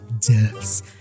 deaths